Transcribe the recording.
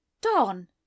Don